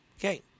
Okay